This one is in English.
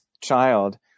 child